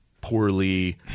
poorly